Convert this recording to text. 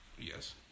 Yes